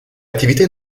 attività